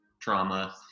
trauma